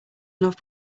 love